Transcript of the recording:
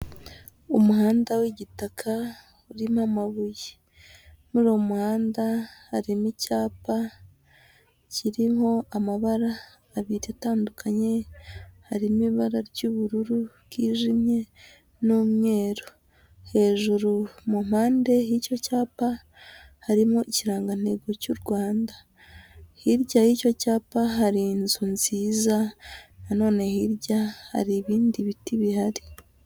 Umuhanda w'igitaka urimo amabuye, muri uwo muhanda harimo icyapa kirimo amabara abiri atandukanye, harimo ibara ry'ubururu bwijimye n'umweru, hejuru mu mpande y'icyo cyapa harimo ikirangantego cy'u Rwanda, hirya y'icyo cyapa hari inzu nziza nanone hirya hari ibindi biti bihari.